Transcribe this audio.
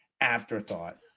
afterthought